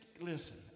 listen